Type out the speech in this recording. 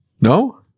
no